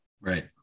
Right